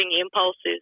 impulses